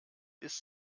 ist